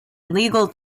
legal